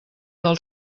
del